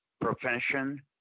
profession